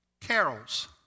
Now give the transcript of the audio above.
carols